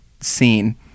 scene